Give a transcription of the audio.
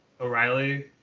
O'Reilly